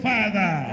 Father